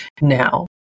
Now